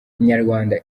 inyarwanda